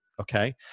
Okay